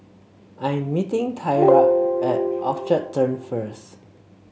I'm meeting Thyra at Orchard Turn first